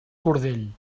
cordell